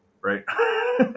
right